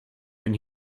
when